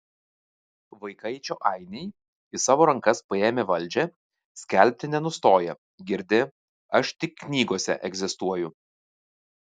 vaikaičio ainiai į savo rankas paėmę valdžią skelbti nenustoja girdi aš tik knygose egzistuoju